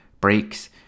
breaks